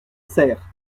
serres